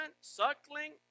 suckling